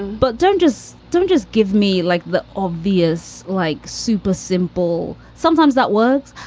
but don't just don't just give me, like, the obvious, like super simple. sometimes that works,